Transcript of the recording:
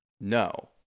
No